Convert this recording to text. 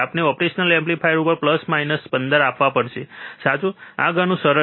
આપણે operational amplifier ઉપર 15 15 આપવા પડશે સાચું આ ઘણું સરળ છે